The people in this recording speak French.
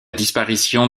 disparition